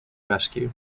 rescue